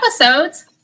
episodes